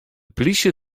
plysje